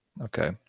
Okay